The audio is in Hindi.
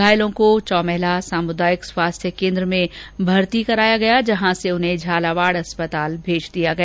घायलों को चौमहला सामुदायिक स्वास्थ्य कोन्द्र में भर्ती कराया गया जहां से उन्हें झालावाड अस्पताल भेज दिया गया